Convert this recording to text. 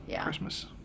Christmas